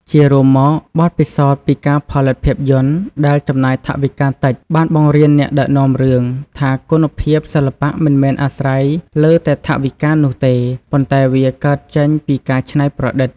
ជារួមមក បទពិសោធន៍ពីការផលិតភាពយន្តដែលចំណាយថវិកាតិចបានបង្រៀនអ្នកដឹកនាំរឿងថាគុណភាពសិល្បៈមិនមែនអាស្រ័យលើតែថវិកានោះទេ ប៉ុន្តែវាកើតចេញពីការច្នៃប្រឌិត។